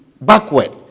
backward